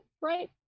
Right